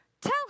tell